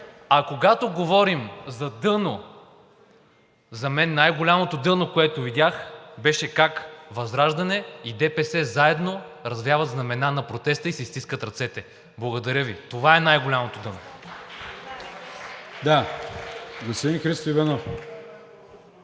А когато говорим за дъно, за мен най-голямото дъно, което видях, беше как ВЪЗРАЖДАНЕ и ДПС заедно развяват знамена на протеста и си стискат ръцете. Благодаря Ви. Това е най-голямото дъно. (Ръкопляскания